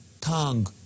tongue